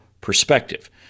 perspective